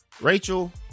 Rachel